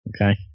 okay